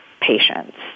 patients